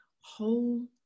whole